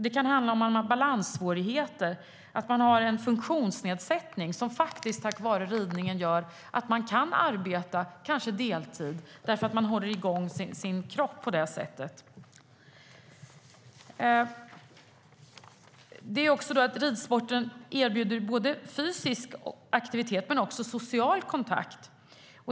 Det kan handla om att man har balanssvårigheter eller att man har en funktionsnedsättning men att man tack vare ridningen kan arbeta, kanske deltid, eftersom ridningen håller igång kroppen. Ridsporten erbjuder både fysisk aktivitet och social kontakt.